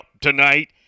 tonight